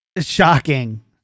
shocking